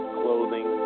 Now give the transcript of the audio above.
clothing